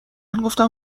گفتم